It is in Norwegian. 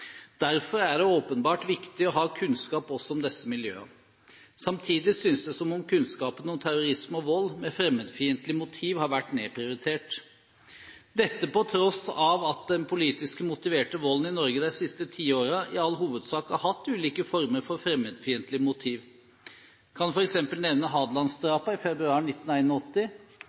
Derfor er det åpenbart viktig å ha kunnskap også om disse miljøene. Samtidig synes det som om kunnskapen om terrorisme og vold med fremmedfiendtlig motiv har vært nedprioritert. Dette på tross av at den politisk motiverte volden i Norge de siste tiårene i all hovedsak har hatt ulike former for fremmedfiendtlige motiv. Jeg kan f.eks. nevne Hadelandsdrapene i februar